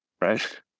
right